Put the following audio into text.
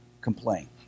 complain